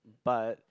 but